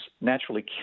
naturally